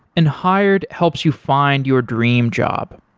and hired helps you find your dream job.